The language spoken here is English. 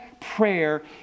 prayer